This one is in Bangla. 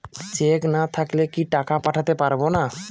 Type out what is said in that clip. চেক না থাকলে কি টাকা পাঠাতে পারবো না?